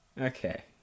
Okay